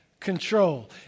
control